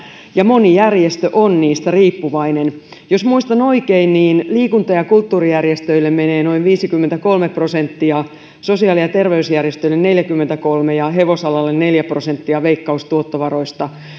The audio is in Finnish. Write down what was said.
ja moni järjestö on niistä riippuvainen jos muistan oikein niin liikunta ja kulttuurijärjestöille menee noin viisikymmentäkolme prosenttia sosiaali ja terveysjärjestöille neljäkymmentäkolme ja hevosalalle neljä prosenttia veikkaustuottovaroista